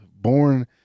born